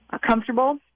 comfortable